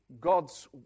God's